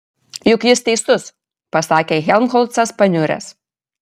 juk jis teisus pasakė helmholcas paniuręs